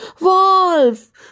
Wolf